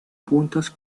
puntos